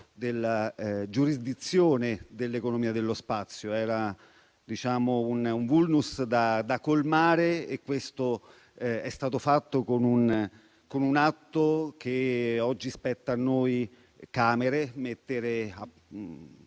della giurisdizione dell'economia dello spazio. Era un *vulnus* da colmare e questo è stato fatto con un atto che oggi spetta a noi del Parlamento